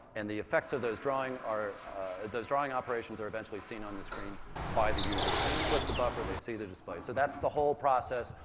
and the affects of those drawing those drawing operations are eventually seen on the screen by the user. so we flip the buffer, they see the display. so that's the whole process,